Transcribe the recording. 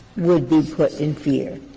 would be put in fear.